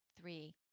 three